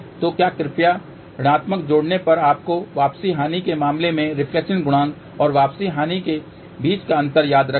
तो कृपया ऋणात्मक जोड़ने पर आपको वापसी हानि के मामले में रिफ्लेक्शन गुणांक और वापसी हानि के बीच का अंतर याद रखें